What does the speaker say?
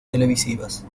televisivas